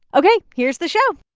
ok, here's the show